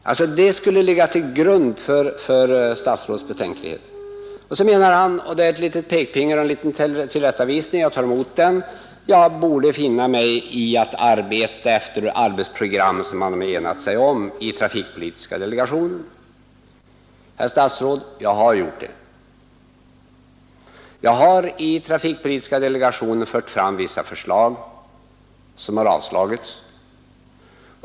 Detta skulle alltså ligga till grund för statsrådets betänkligheter. Och så menar han — det är en liten pekpinne och en tillrättavisning, och jag tar emot den — att jag borde finna mig i att arbeta efter ett arbetsprogram som trafikpolitiska delegationen har enat sig om. Jag har gjort det, herr statsråd. Jag har i trafikpolitiska delegationen fört fram vissa förslag — som har avslagits.